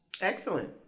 Excellent